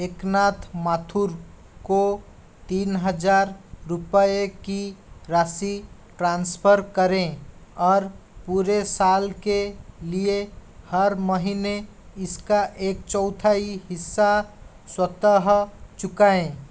एकनाथ माथुर को तीन हज़ार रुपये की राशि ट्रांसफ़र करें और पूरे साल के लिए हर महीने इसका एक चौथाई हिस्सा स्वतः चुकाएं